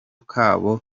kabo